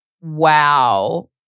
wow